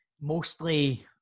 Mostly